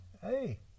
hey